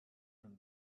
from